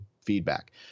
feedback